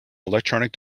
electronic